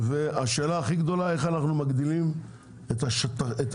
השאלה הכי גדולה היא: איך אנחנו מגדילים את השטחים